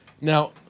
now